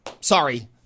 sorry